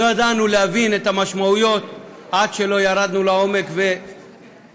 לא ידענו להבין את המשמעויות עד שלא ירדנו לעומק וחקרנו.